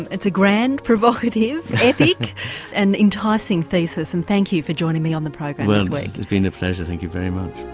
it's a grand, provocative, epic and enticing thesis and thank you for joining me on the program this week. it's been a pleasure, thank you very much.